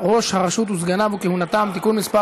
ראש הרשות וסגניו וכהונתם) (תיקון מס'